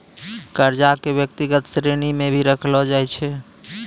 कर्जा क व्यक्तिगत श्रेणी म भी रखलो जाय छै